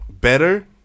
better